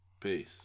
Peace